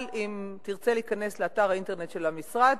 אבל אם תרצה להיכנס לאתר האינטרנט של המשרד,